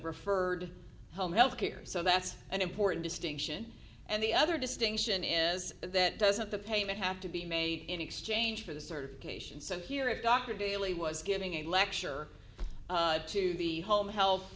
referred home health care so that's an important distinction and the other distinction is that doesn't the payment have to be made in exchange for the service cation said here if dr daley was giving a lecture to the home health